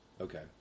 Okay